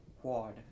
Quad